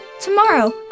tomorrow